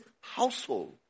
household